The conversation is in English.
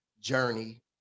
journey